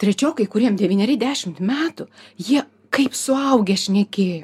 trečiokai kuriem devyneri dešimt metų jie kaip suaugę šnekėjo